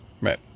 right